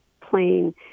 plain